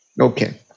Okay